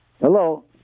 Hello